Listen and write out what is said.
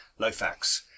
Lofax